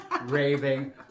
raving